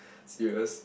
serious